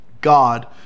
God